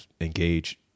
engage